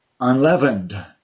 unleavened